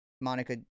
Monica